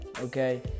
okay